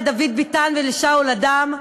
לדוד ביטן ולשאול אדם.